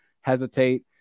hesitate